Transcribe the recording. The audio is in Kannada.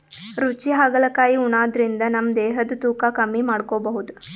ರುಚಿ ಹಾಗಲಕಾಯಿ ಉಣಾದ್ರಿನ್ದ ನಮ್ ದೇಹದ್ದ್ ತೂಕಾ ಕಮ್ಮಿ ಮಾಡ್ಕೊಬಹುದ್